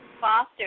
Foster